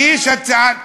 תגיש הצעה,